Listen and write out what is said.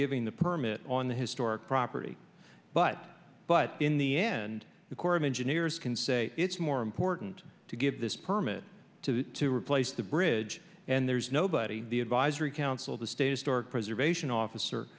giving the permit on the historic property but but in the end the corps of engineers can say it's more important to give this permit to to replace the bridge and there's nobody the advisory council that stays dark preservation officer